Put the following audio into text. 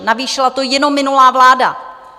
Navýšila to jenom minulá vláda.